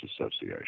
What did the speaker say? Association